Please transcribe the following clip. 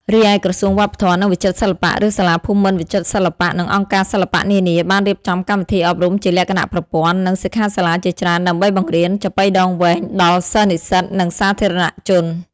រីឯ ក្រសួងវប្បធម៌ និងវិចិត្រសិល្បៈ ឬសាលាភូមិន្ទវិចិត្រសិល្បៈ និងអង្គការសិល្បៈនានា បានរៀបចំកម្មវិធីអប់រំជាលក្ខណៈប្រព័ន្ធ និងសិក្ខាសាលាជាច្រើន ដើម្បីបង្រៀនចាប៉ីដងវែងដល់សិស្សនិស្សិត និងសាធារណជន។